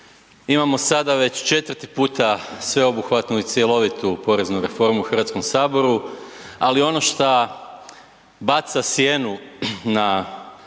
imamo sada već 4. puta sveobuhvatnu i cjelovitu poreznu reformu u Hrvatskom saboru, ali ono šta baca sjednu na ovu